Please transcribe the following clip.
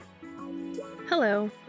Hello